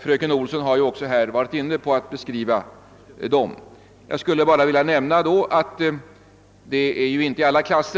Fröken Olsson har här också varit inne på en beskrivning av dem.